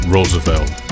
Roosevelt